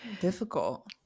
difficult